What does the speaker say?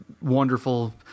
wonderful